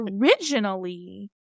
originally